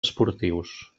esportius